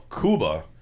Cuba